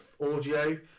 audio